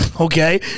Okay